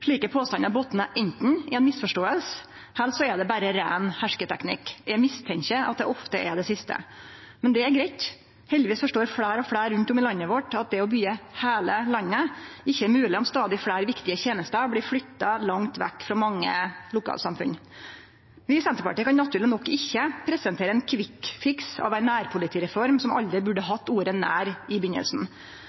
Slike påstandar botnar anten i ei misforståing, eller så er det berre rein hersketeknikk. Eg mistenkjer at det ofte er det siste. Men det er greitt. Heldigvis forstår fleire og fleire rundt om i landet vårt at det å byggje heile landet ikkje er mogleg om stadig fleire viktige tenester blir flytta langt vekk frå mange lokalsamfunn. Vi i Senterpartiet kan naturleg nok ikkje presentere ein kvikkfiks av ei nærpolitireform som aldri burde hatt ordet «nær» i